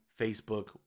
Facebook